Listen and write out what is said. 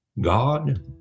God